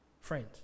Friends